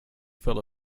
fell